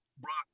Brock